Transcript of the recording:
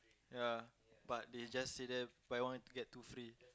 ya but they just say there buy one get two free